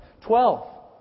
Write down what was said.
Twelve